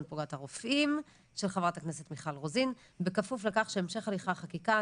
פקודת הרופאים של חברת הכנסת מיכל רוזין בכפוף לכך שהמשך הליכי החקיקה